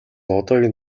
одоогийн